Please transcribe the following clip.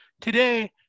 today